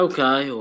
Okay